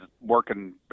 working